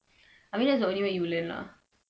I mean that's the way you learn lah